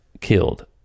killed